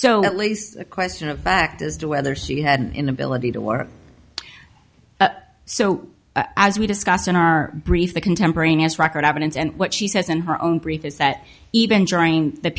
so at least a question of fact as to whether she had an inability to war so as we discussed in our brief the contemporaneous record evidence and what she says in her own brief is that even during the